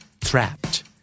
Trapped